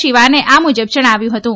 સીવાને આ મુજબ જણાવ્યું હતું